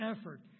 effort